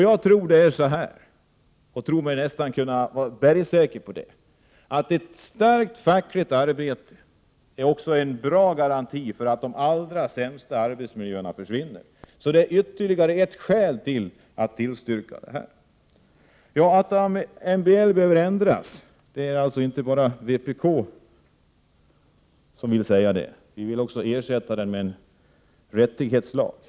Jag tror — ja, jag är nästan bergsäker på det — att ett starkt fackligt arbete också är en bra garanti för att de allra sämsta arbetsmiljöerna försvinner. Det är ytterligare ett skäl till att bifalla kravet. Att MBL behöver ändras är det inte bara vpk som anser. Vi vill också ersätta MBL med en rättighetslag.